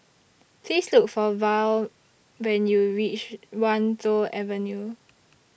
Please Look For Val when YOU REACH Wan Tho Avenue